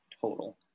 total